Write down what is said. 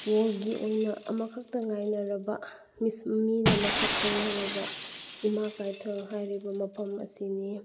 ꯋꯥꯔꯜꯒꯤ ꯑꯣꯏꯅ ꯑꯃꯈꯛꯇ ꯉꯥꯏꯅꯔꯕ ꯃꯤꯅ ꯃꯁꯛ ꯈꯪꯅꯔꯕ ꯏꯃꯥ ꯀꯩꯊꯦꯜ ꯍꯥꯏꯔꯤꯕ ꯃꯐꯝ ꯑꯁꯤꯅꯤ